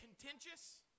contentious